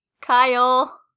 Kyle